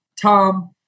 Tom